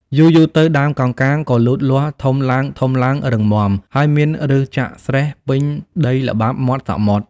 យូរៗទៅ ដើមកោងកាងក៏លូតលាស់ធំឡើងៗ រឹងមាំ ហើយមានប្ញសចាក់ស្រេះពេញដីល្បាប់មាត់សមុទ្រ។